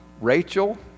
Rachel